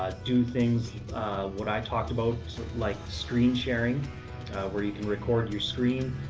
do things what i talked about like screen sharing where you can record your screen.